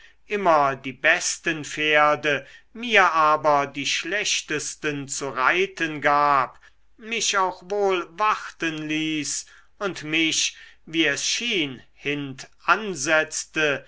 immer die besten pferde mir aber die schlechtesten zu reiten gab mich auch wohl warten ließ und mich wie es schien